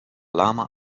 lama